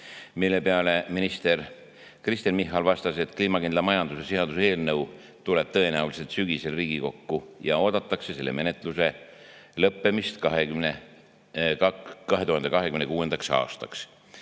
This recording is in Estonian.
Selle peale minister Kristen Michal vastas, et kliimakindla majanduse seaduse eelnõu tuleb tõenäoliselt sügisel Riigikokku, selle menetluse lõppemist oodatakse